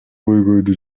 көйгөйдү